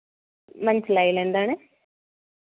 മനസ്സിലായില്ല എന്താണ്